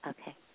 Okay